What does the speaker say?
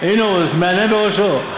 הינה, הוא מהנהן בראשו.